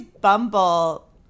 Bumble